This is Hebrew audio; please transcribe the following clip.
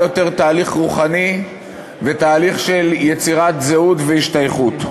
יותר תהליך רוחני ותהליך של יצירת זהות והשתייכות.